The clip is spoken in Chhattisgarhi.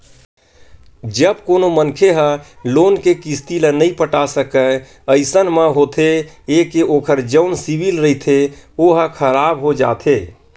जब कोनो मनखे ह लोन के किस्ती ल नइ पटा सकय अइसन म होथे ये के ओखर जउन सिविल रिहिथे ओहा खराब हो जाथे